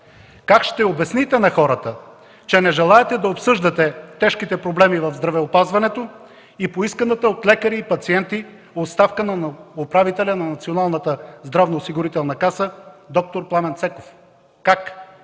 Как ще обясните на хората, че не желаете да обсъждате тежките проблеми в здравеопазването и поисканата от лекари и пациенти оставка на управителя на Националната здравноосигурителна каса д-р Пламен Цеков?